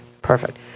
Perfect